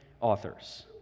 authors